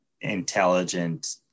intelligent